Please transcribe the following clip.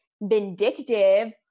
vindictive